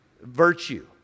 virtue